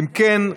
אם כן,